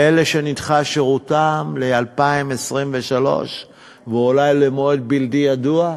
לאלה שנדחה שירותם ל-2023 ואולי למועד בלתי ידוע?